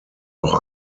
auch